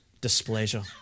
displeasure